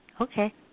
Okay